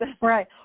right